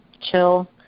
chill